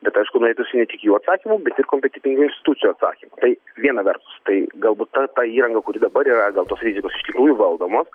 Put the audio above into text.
bet aišku norėtųsi netik jų atsakymų bet ir kompetentingų institucijų atsakymų tai viena vertus tai galbūt ta ta įranga kuri dabar yra gal tos rizikos iš tikrųjų valdomos